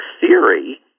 theory